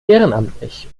ehrenamtlich